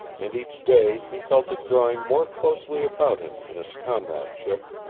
and each day he felt it drawing more closely about him in its comradeship,